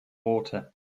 water